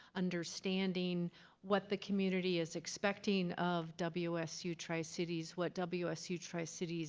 understanding what the community is expecting of wsu tri cities. what wsu tri cities